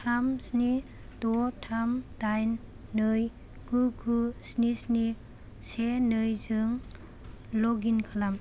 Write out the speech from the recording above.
थाम स्नि द' थाम दाइन नै गु गु स्नि स्नि से नैजों लग इन खालाम